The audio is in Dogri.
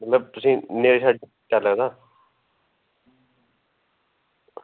मतलब तुसें ई